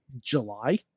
July